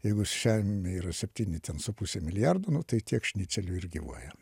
jeigu žemėj yra septyni ten su puse milijardo nu tai tiek šnicelių ir gyvuoja